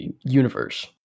universe